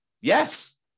Yes